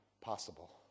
possible